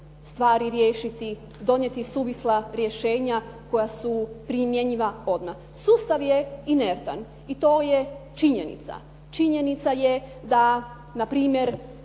stvari riješiti, donijeti suvisla rješenja koja su primjenjiva odmah. Sustav je inertan i to je činjenica. Činjenica je da na primjer